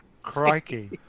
Crikey